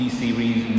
series